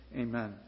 Amen